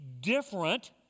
different